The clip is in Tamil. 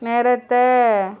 நிறுத்து